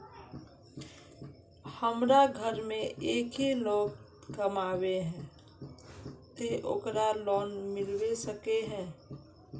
हमरा घर में एक ही लोग कमाबै है ते ओकरा लोन मिलबे सके है?